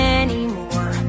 anymore